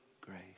grace